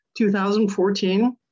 2014